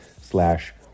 slash